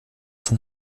von